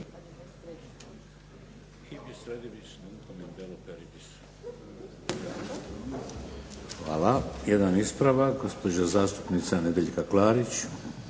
Hvala. Jedan ispravak. Gospođa zastupnica Nedjeljka Klarić.